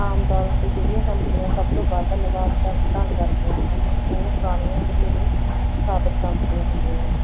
ਆਮ ਤੌਰ ਉੱਤੇ ਜਿਹੜੀਆਂ ਕੰਪਨੀਆਂ ਸਭ ਤੋਂ ਵੱਧ ਲਾਭਾਂਸ਼ ਦਾ ਭੁਗਤਾਨ ਕਰਦੀਆਂ ਹਨ ਉਹ ਪੁਰਾਣੀਆਂ ਵਧੇਰੇ ਸਥਾਪਤ ਕੰਪਨੀਆਂ ਹੁੰਦੀਆਂ ਹਨ